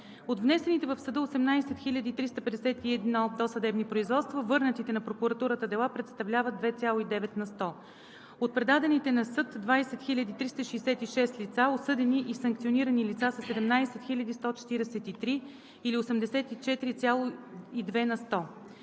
От внесените в съда 18 351 досъдебни производства върнатите на прокуратурата дела представляват 2,9 на сто. От предадените на съд 20 366 лица, осъдени и санкционирани лица са 17 143 или 84,2 на сто.